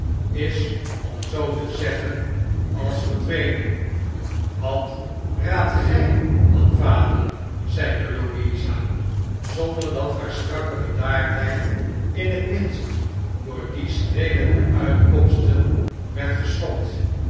is om zoo te zeggen als verdwenen wat raadt gij dan vader zeide louisa zonder dat hare strakke bedaardheid in het minst door die streelende uitkomsten werd geschokt